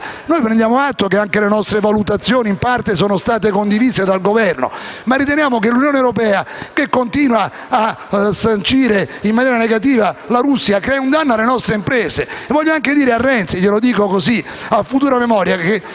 Noi prendiamo atto del fatto che le nostre valutazioni sono state in parte condivise dal Governo, ma riteniamo che l'Unione europea, che continua a sanzionare in maniera negativa la Russia, stia creando un danno alle nostre imprese. Vorrei anche dire a Renzi - glielo dico a futura memoria - che